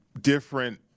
different